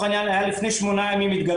העניין התגלה כחולה לפני שמונה ימים,